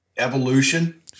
evolution